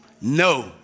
No